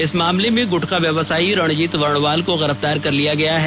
इस मामले में गुटखा व्यवसायी रणजीत वर्णवाल को गिरफ्तार कर लिया गया है